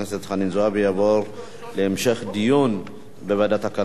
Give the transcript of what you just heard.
זועבי תעבור להמשך דיון בוועדת הכלכלה.